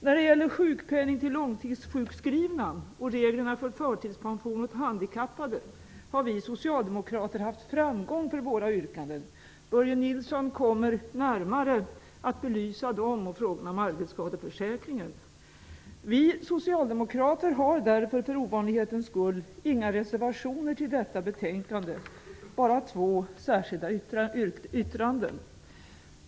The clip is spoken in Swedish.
När det gäller sjukpenningen till långtidssjukskrivna och reglerna om förtidspension till handikappade har vi socialdemokrater haft framgångar med våra yrkanden. Börje Nilsson kommer att närmare belysa dessa samt frågorna om arbetsskadeförsäkringen. Vi socialdemokrater har därför, för ovanlighetens skull, inga reservationer fogade till detta betänkande, utan vi har bara två särskilda yttranden.